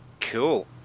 cool